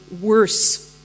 worse